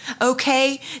okay